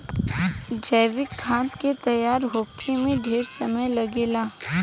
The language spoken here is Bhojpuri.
जैविक खाद के तैयार होखे में ढेरे समय लागेला